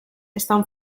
estan